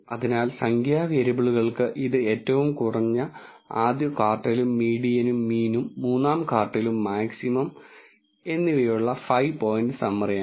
അതിനാൽ സംഖ്യാ വേരിയബിളുകൾക്ക് ഇത് ഏറ്റവും കുറഞ്ഞ ആദ്യ ക്വാർട്ടൈലും മീഡിയനും മീനും മൂന്നാം ക്വാർട്ടൈലും മാക്സിമം എന്നിവയുള്ള ഫൈവ് പോയിന്റ് സമ്മറിയാണ്